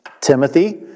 Timothy